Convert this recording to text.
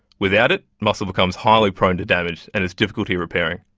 without it, muscle becomes highly prone to damage and has difficulty repairing,